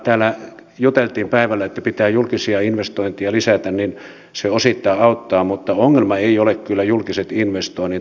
täällä juteltiin päivällä että pitää julkisia investointeja lisätä ja se osittain auttaa mutta ongelma eivät ole kyllä julkiset investoinnit